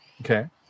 Okay